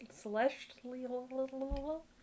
celestial